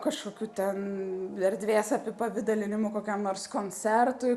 kažkokių ten erdvės apipavidalinimų kokiam nors koncertui